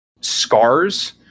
scars